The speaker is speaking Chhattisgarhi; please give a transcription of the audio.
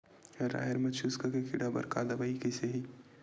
राहेर म चुस्क के कीड़ा बर का दवाई कइसे ही?